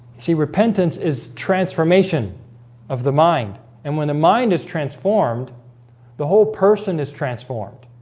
see repentance is transformation of the mind and when the mind is transformed the whole person is transformed